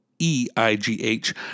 e-i-g-h